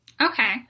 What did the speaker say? Okay